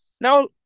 Now